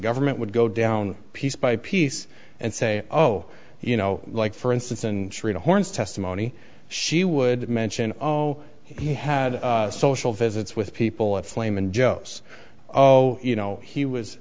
government would go down piece by piece and say oh you know like for instance and horn's testimony she would mention oh he had social visits with people at flame and joes oh you know he was